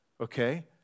okay